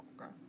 Okay